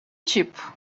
tipo